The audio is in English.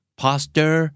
posture